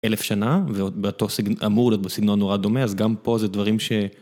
אלף שנה ועוד באותו סגנון, אמור להיות בסגנון נורא דומה, אז גם פה זה דברים ש...